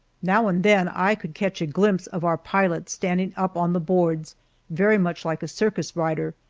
now and then i could catch a glimpse of our pilot standing up on the boards very much like a circus rider,